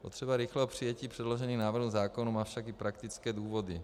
Potřeba rychlého přijetí předložených návrhů zákonů má však i praktické důvody.